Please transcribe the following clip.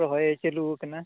ᱨᱚᱦᱚᱭ ᱪᱟᱹᱞᱩ ᱠᱟᱱᱟ